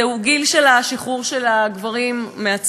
זהו גיל של השחרור של הגברים מהצבא.